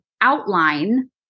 outline